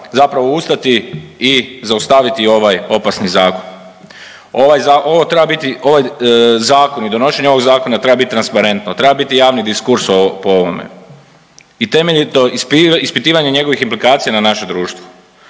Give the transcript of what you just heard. zapravo ustati i zaustaviti ovaj opasni zakon. Ovo treba biti, ovaj zakon i donošenje ovog zakona treba biti transparentno, treba biti javni diskurs po ovome i temeljito ispitivanje njegovih implikacija na naše društvo.